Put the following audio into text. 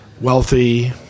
wealthy